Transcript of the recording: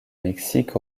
mexique